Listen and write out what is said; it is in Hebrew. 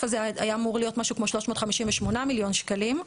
הזה היה אמור להיות משהו כמו 358 מיליון שקלים.